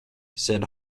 said